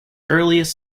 earliest